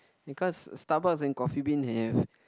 because Starbucks and Coffee Bean have